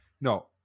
No